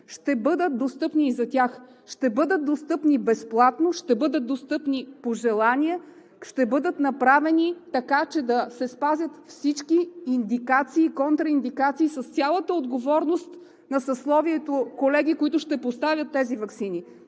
ще бъдат достъпни и за тях, ще бъдат достъпни безплатно, ще бъдат достъпни по желание, ще бъдат направени така, че да се спазят всички индикации, контраиндикации с цялата отговорност на съсловието колеги, които ще поставят тези ваксини.